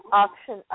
option